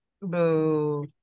Boo